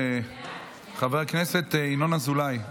חבר הכנסת ינון אזולאי.